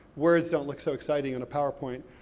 words don't look so exciting on a powerpoint.